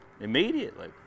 immediately